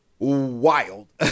Wild